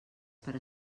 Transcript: per